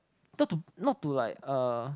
not to not to like uh